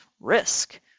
risk